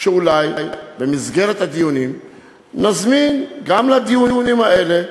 שאולי במסגרת הדיונים נזמין, גם לדיונים האלה,